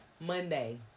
Monday